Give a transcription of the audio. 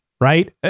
right